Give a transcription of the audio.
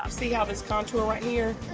um see how this contour right here.